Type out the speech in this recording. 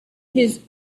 his